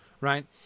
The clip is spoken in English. right